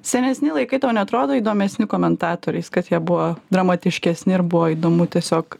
senesni laikai tau neatrodo įdomesni komentatoriais kad jie buvo dramatiškesni ir buvo įdomu tiesiog